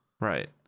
Right